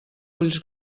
ulls